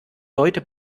leute